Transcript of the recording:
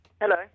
Hello